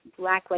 Blacklight